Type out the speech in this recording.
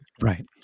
Right